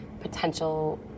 potential